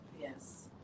Yes